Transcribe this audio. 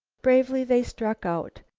bravely they struck out.